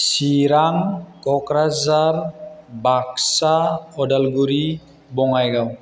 Chirang Kokrajhar Baksa Udalguri Bongaigaon